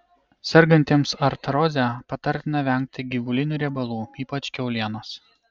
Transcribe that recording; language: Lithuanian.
sergantiems artroze patartina vengti gyvulinių riebalų ypač kiaulienos